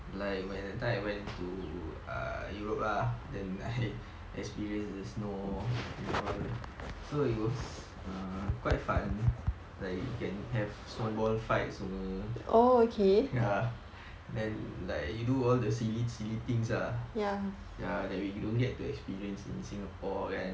like when that time I went to eu~ err europe ah then I experience the snow and all so it was err quite fun like you can have snowball fights semua ya then like you do all the silly silly things lah ya that we you don't get to experience in singapore kan